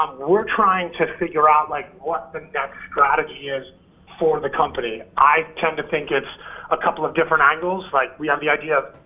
we're trying to figure out like what the next strategy is for the company. i tend to think it's a couple of different angles, like we have the idea,